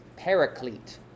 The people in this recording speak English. paraclete